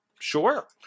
Sure